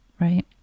right